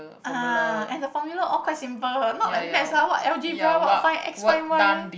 ah and the formula all quite simple not like maths what algebra what find X find Y